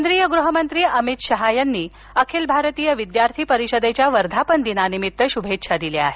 केंद्रीय गृहमंत्री अमित शहा यांनी अखिल भारतीय विद्यार्थी परिषदेच्या वर्धापन दिनानिमित्त शुभेच्छा दिल्या आहेत